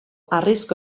harrizko